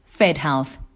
FedHealth